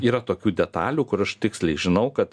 yra tokių detalių kur aš tiksliai žinau kad